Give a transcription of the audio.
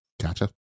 gotcha